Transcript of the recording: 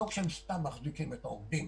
לא כשהם סתם מחזיקים את העובדים.